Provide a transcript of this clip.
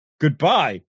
goodbye